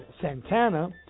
Santana